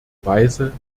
weise